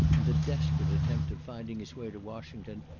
in the desperate attempt of finding his way to washington,